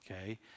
Okay